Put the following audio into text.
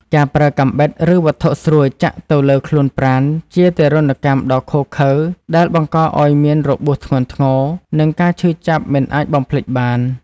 ការប្រើកាំបិតឬវត្ថុស្រួចចាក់ទៅលើខ្លួនប្រាណជាទារុណកម្មដ៏ឃោរឃៅដែលបង្កឱ្យមានរបួសធ្ងន់ធ្ងរនិងការឈឺចាប់មិនអាចបំភ្លេចបាន។